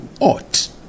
ought